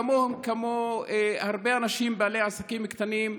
כמו הרבה אנשים בעלי עסקים קטנים,